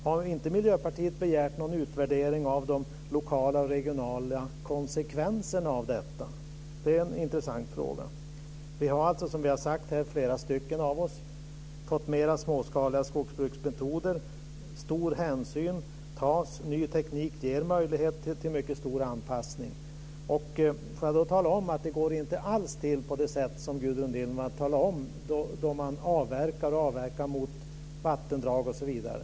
Har inte Miljöpartiet begärt någon utvärdering av de lokala och regionala konsekvenserna av detta? Det är en intressant fråga. Vi har alltså, som flera av oss här har sagt, fått mer småskaliga skogsbruksmetoder. Stor hänsyn tas och ny teknik ger möjligheter till mycket stor anpassning. Jag vill då tala om att det inte alls går till på det sätt som Gudrun Lindvall talar om när man avverkar mot vattendrag osv.